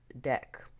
deck